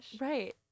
Right